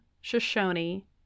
shoshone